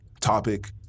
topic—